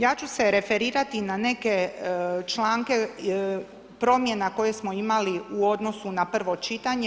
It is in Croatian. Ja ću se referirati na neke članke promjena koje smo imali u odnosu na prvo čitanje.